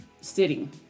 sitting